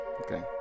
Okay